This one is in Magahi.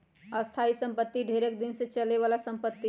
स्थाइ सम्पति ढेरेक दिन तक चले बला संपत्ति हइ